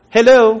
Hello